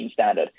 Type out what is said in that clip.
standard